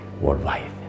worldwide